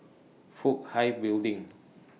Fook Hai Building